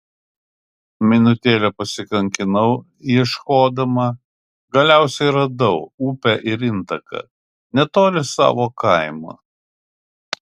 minutėlę pasikankinau ieškodama galiausiai radau upę ir intaką netoli savo kaimo